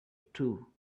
too